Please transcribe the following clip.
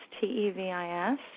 T-E-V-I-S